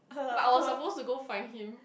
but I was supposed to go find him